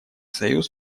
союз